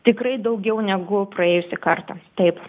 tikrai daugiau negu praėjusį kartą taip